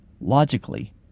Logically